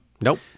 Nope